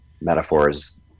metaphors